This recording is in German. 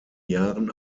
jahren